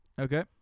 Okay